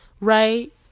right